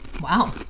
wow